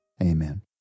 Amen